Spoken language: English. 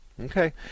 okay